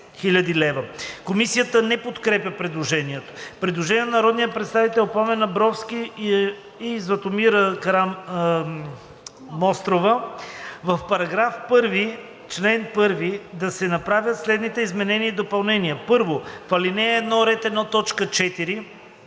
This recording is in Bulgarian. Комисията не подкрепя предложението.